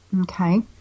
okay